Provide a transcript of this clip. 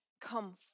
come